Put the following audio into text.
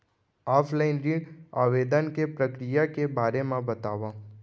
Offline ऋण आवेदन के प्रक्रिया के बारे म बतावव?